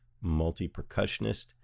multi-percussionist